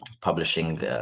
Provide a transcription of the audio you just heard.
publishing